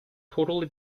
totally